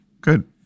Good